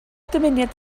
dymuniad